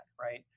Right